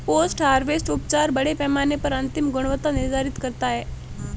post harvest उपचार बड़े पैमाने पर अंतिम गुणवत्ता निर्धारित करता है